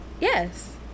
Yes